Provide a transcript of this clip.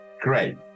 Great